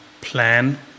plan